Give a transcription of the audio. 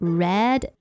red